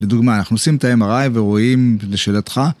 לדוגמה, אנחנו עושים את הMRI ורואים לשאלתך.